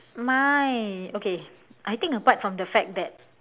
mine okay I think apart from the fact that